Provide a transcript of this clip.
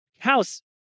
House